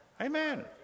Amen